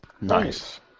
Nice